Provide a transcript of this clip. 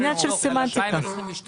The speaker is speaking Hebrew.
עניין של סמנטיקה.